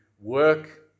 work